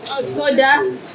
soda